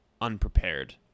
unprepared